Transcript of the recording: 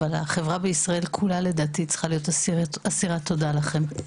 אבל גם החברה בישראל כולה צריכה להיות אסירת תודה לכם.